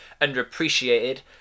underappreciated